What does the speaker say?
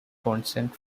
consent